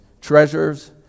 treasures